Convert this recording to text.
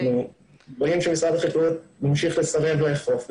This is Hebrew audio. אנחנו רואים שמשרד החקלאות ממשיך לסרב לאכוף,